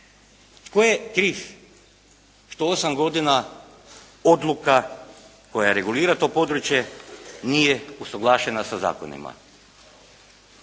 Tko je kriv što 8 godina odluka koja regulira to područje nije usuglašena sa zakonima?